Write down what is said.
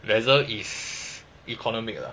whether it's economic ah